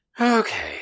okay